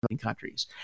Countries